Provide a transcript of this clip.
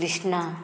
Krishna